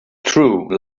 true